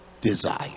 desire